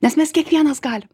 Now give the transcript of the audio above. nes mes kiekvienas galim